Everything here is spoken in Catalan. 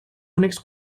únics